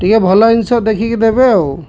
ଟିକେ ଭଲ ଜିନିଷ ଦେଖିକି ଦେବେ ଆଉ